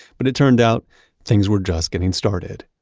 but it turned out things were just getting started.